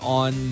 on